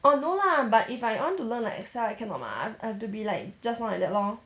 oh no lah but if I want to learn like excel I cannot mah I've I have to be like just now like that lor